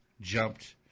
jumped